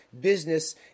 business